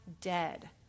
dead